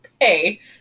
pay